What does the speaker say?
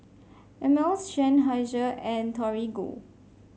Ameltz Seinheiser and Torigo